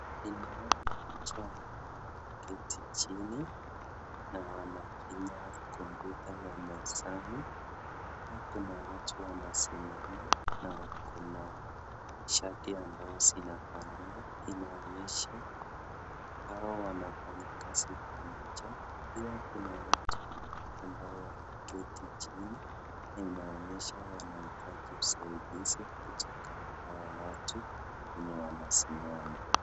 Ninaona watu ambao wameketi chini na wanafinya kompyuta ya mezani. Pia kuna watu wanasimama na wako na shati ambao zinafanana. Inaonyesha hawa wanafanya kazi pamoja. Pia kuna watu ambao wamiketi chini na inaonyesha wanahitaji usaidizi kutoka kwa hawa watu wenye wanasimama.